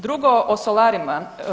Drugo o solarima.